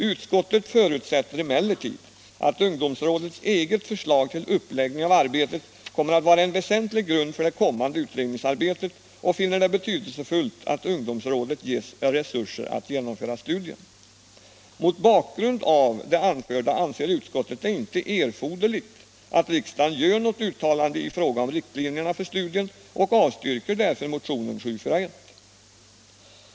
Utskottet förutsätter emellertid att ungdomsrådets eget förslag till uppläggning av arbetet kommer att vara en väsentlig grund för det kommande utredningsarbetet och finner det betydelsefullt att ungdomsrådet ges resurser att genomföra studien. Mot bakgrund av det anförda anser utskottet det inte erforderligt att riksdagen gör något uttalande i fråga om riktlinjerna för studien och avstyrker därför motionen 741.